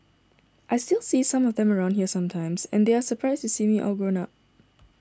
I still see some of them around here sometimes and they are surprised to see me all grown up